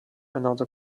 another